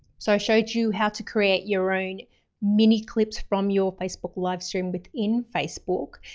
so i showed you how to create your own mini clips from your facebook livestream within facebook.